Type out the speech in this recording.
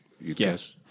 yes